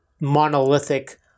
monolithic